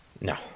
No